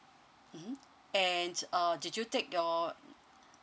mm and uh did you take your